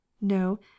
no